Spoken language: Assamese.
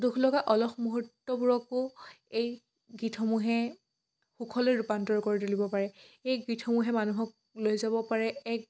দুখ লগা অলস মুহূৰ্তবোৰকো এই গীতসমূহে সুখলৈ ৰূপান্তৰ কৰি তুলিব পাৰে এই গীতসমূহে মানুহক লৈ যাব পাৰে এক